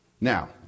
Now